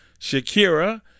Shakira